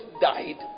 died